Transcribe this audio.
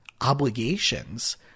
obligations